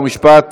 חוק ומשפט